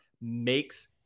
makes